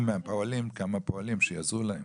מהפועלים כמה פועלים שיעזרו להם,